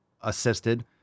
assisted